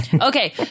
Okay